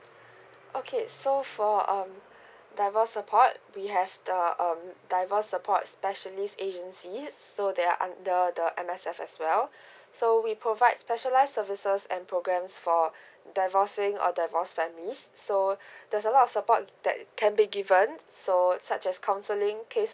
okay so for um divorce support we have the um divorce support specialist agency so they are under the M_S_F as well so we provide specialize services and programs for divorcing or divorced family so there's a lot of support that can be given so such as counselling case